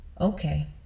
Okay